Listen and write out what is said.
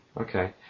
okay